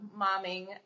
momming